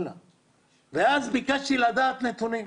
ואז ביקשתי לדעת נתונים.